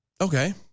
Okay